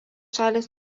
šalys